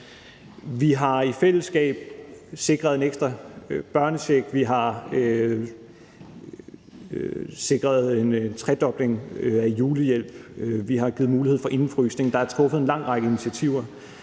Vi har i fællesskab sikret en ekstra børnecheck. Vi har sikret en tredobling af julehjælpen. Vi har givet mulighed for indefrysning. Der er taget en lang række initiativer.